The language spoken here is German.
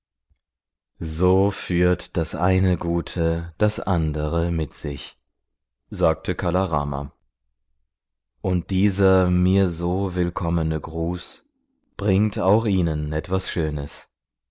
so führt das eine gute das andere mit sich sagte kala rama und dieser mir so willkommene gruß bringt auch ihnen etwas schönes